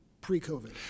pre-COVID